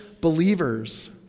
believers